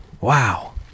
Wow